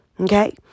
Okay